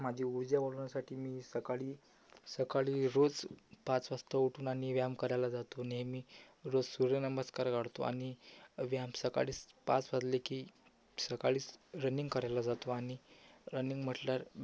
माझी ऊर्जा वाढवण्यासाठी मी सकाळी सकाळी रोज पाच वाजता उठून आणि व्यायाम करायला जातो नेहमी रोज सूर्यनमस्कार काढतो आणि व्यायाम सकाळीच पाच वाजले की सकाळीच रनिंग करायला जातो आणि रनिंग म्हटल्यावर